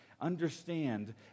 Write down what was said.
understand